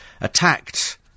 attacked